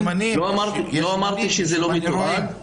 לא אמרתי שזה לא מתועד,